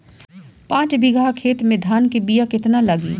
पाँच बिगहा खेत में धान के बिया केतना लागी?